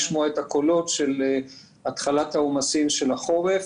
כבר התחלנו לשמוע את הקולות של התחלת העומסים של החורף,